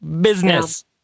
Business